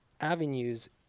avenues